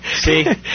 See